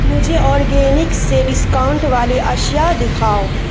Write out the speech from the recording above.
مجھے آرگینک سے ڈسکاؤنٹ والی اشیاء دکھاؤ